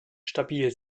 stabil